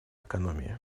экономии